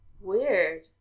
Weird